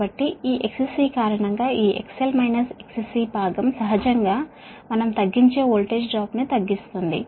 కాబట్టి ఈ XC కారణంగా ఈ XL -XC భాగం సహజంగా మనం తగ్గించే వోల్టేజ్ డ్రాప్ను తగ్గిస్తుంది